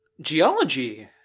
geology